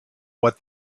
what